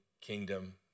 kingdom